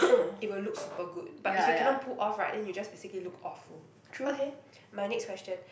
it will look super good but if you cannot pull off right then you just basically look awful okay my next question